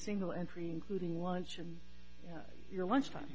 single entry including lunch and your lunch time